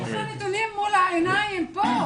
יש לך נתונים מול העיניים פה.